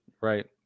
Right